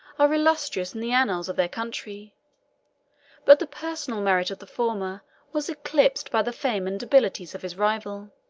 are illustrious in the annals of their country but the personal merit of the former was eclipsed by the fame and abilities of his rival.